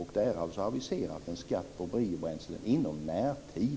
Det är aviserat en skatt på biobränsle i närtid.